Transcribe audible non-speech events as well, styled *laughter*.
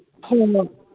*unintelligible*